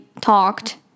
talked